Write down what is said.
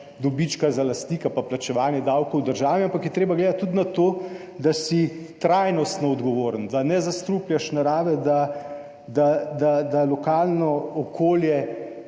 dobička za lastnika pa plačevanje davkov državi, ampak je treba gledati tudi na to, da si trajnostno odgovoren, da ne zastrupljaš narave, da lokalno okolje